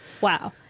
Wow